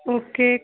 okay